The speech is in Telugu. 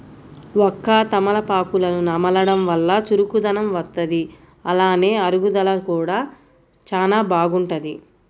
వక్క, తమలపాకులను నమలడం వల్ల చురుకుదనం వత్తది, అలానే అరుగుదల కూడా చానా బాగుంటది